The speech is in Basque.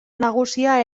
nagusia